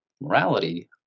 morality